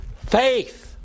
faith